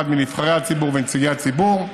וכל אחד מנבחרי הציבור ונציגי הציבור,